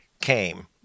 came